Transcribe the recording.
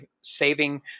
saving